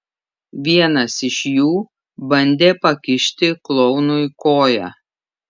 vienas iš jų bandė pakišti klounui koją